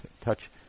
touch